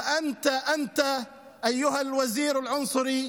ואתה, אתה השר הגזעני,